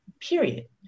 period